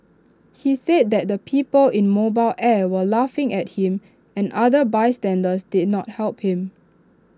he said that the people in mobile air were laughing at him and other bystanders did not help him